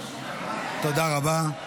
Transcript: תודה רבה.